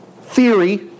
theory